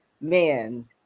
Man